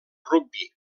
rugby